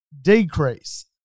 decrease